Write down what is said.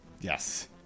yes